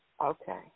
Okay